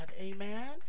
Amen